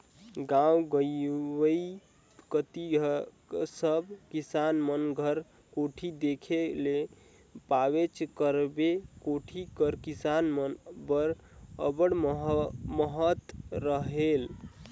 गाव गंवई कती सब किसान मन घर कोठी देखे ले पाबेच करबे, कोठी कर किसान मन बर अब्बड़ महत रहेल